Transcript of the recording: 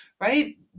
right